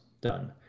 done